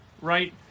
right